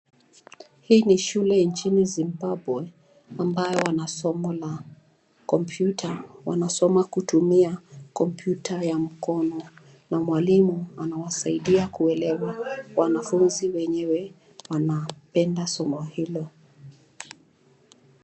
Hii ni shule nchini Zimbabwe ambayo wana somo la kompyuta wanasoma kutumia kompyuta ya mkono na mwalimu anawasaidia kuelewa. Wanafunzi wenyewe wanapenda somo hilo.